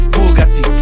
Bugatti